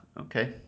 Okay